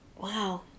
Wow